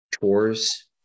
chores